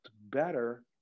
better